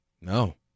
No